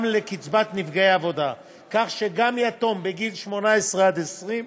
גם לקצבת נפגעי עבודה, כך שגם יתום בגילי 18 20,